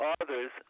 others